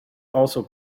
also